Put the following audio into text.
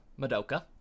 Madoka